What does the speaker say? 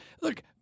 Look